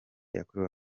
yakorewe